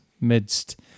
midst